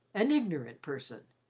an ignorant person,